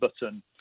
button